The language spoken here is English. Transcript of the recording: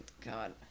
God